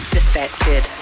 defected